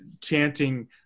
chanting